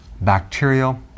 bacterial